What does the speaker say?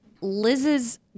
Liz's